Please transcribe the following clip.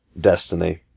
Destiny